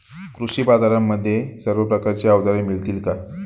कृषी बाजारांमध्ये सर्व प्रकारची अवजारे मिळतील का?